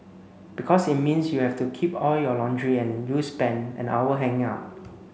because it means you have to keep all your laundry and you spent an hour hanging up